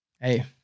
hey